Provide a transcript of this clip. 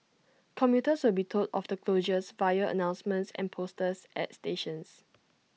commuters will be told of the closures via announcements and posters at stations